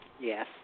Yes